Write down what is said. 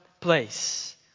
place